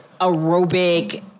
aerobic